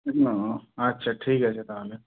না আচ্ছা ঠিক আছে তাহলে